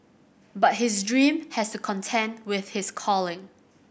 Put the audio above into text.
but his dream has to contend with his calling